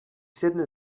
sedne